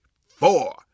four